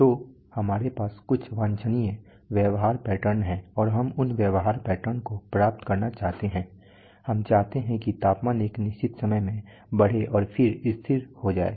तो हमारे पास कुछ वांछनीय व्यवहार पैटर्न हैं और हम उन व्यवहार पैटर्न को प्राप्त करना चाहते हैं हम चाहते हैं कि तापमान एक निश्चित समय में बढे और फिर स्थिर हो जाए